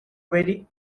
very